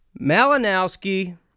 Malinowski